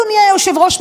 אדוני היושב-ראש,